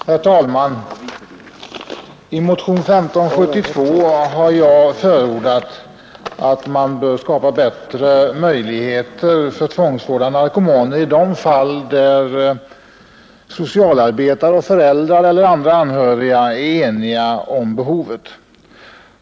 Herr talman! I motionen 1572 har jag förordat att man skall skapa bättre möjligheter för tvångsvård av narkomaner i de fall där socialarbetare och föräldrar eller andra anförvanter är eniga om behovet.